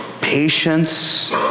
patience